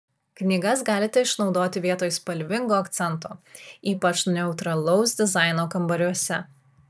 knygas galite išnaudoti vietoj spalvingo akcento ypač neutralaus dizaino kambariuose